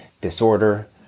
disorder